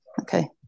okay